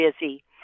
busy